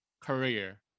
career